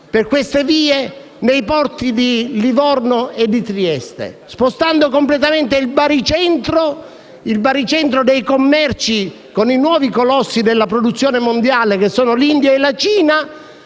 per questa vie nei porti di Livorno e Trieste? Infatti, così facendo, si sposta completamente il baricentro dei commerci con i nuovi colossi della produzione mondiale, che sono l'India e la Cina,